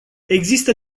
există